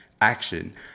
action